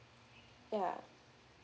ya